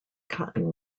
cotton